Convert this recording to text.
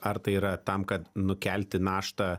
ar tai yra tam kad nukelti naštą